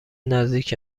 نزدیک